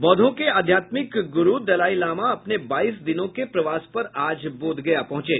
बौद्धों के आध्यात्मिक गुरू दलाई लामा अपने बाईस दिनों के प्रवास पर आज बोधगया पहुंचे